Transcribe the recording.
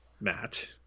matt